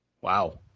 Wow